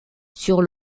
sur